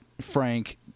Frank